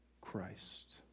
Christ